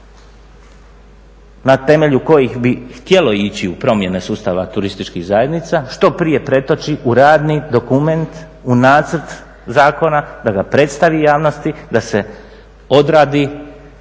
na temelju kojih bi htjelo ići u promjene sustava turističkih zajednica što prije pretoči u radni dokument, u nacrt zakona da ga predstavi javnosti, da se odradi rasprava